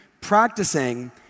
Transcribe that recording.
Practicing